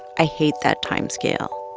i hate that time scale.